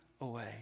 away